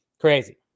Crazy